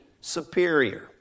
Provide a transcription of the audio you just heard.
superior